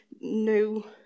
No